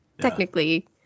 technically